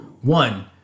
One